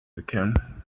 wickeln